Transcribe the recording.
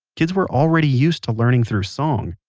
kids were already used to learning through song,